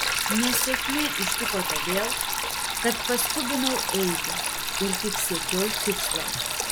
nesėkmė ištiko todėl kad paskubinau eigą ir tik siekiau tikslo